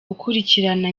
ukurikirana